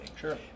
Sure